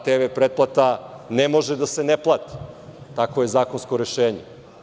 TV pretplata ne može da se ne plati, tako je zakonsko rešenje.